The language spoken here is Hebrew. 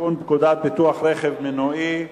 לתיקון פקודת ביטוח רכב מנועי,